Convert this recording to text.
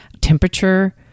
temperature